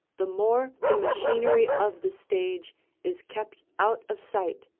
the more the machinery of the stage is kept out of sight,